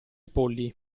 polli